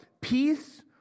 peace